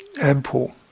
ample